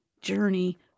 journey